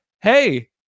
hey